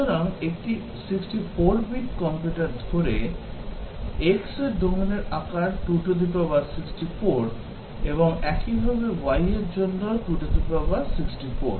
সুতরাং একটি 64 bit computer ধরে x এর ডোমেনের আকার 264 এবং একইভাবে y এর জন্য 264